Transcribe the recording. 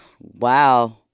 wow